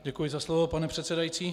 Děkuji za slovo, pane předsedající.